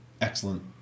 excellent